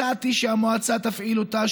הצעתי שהמועצה תפעיל אותה,